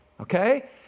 okay